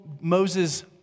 Moses